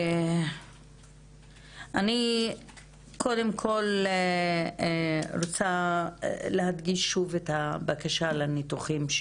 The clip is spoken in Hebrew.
אני קודם כול רוצה להדגיש שוב את הבקשה לניתוחים,